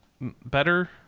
better